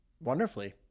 wonderfully